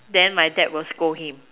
then my dad will scold him